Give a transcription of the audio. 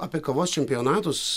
apie kavos čempionatus